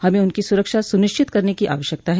हमें उनको सुरक्षा सुनिश्चित करने की आवश्यकता है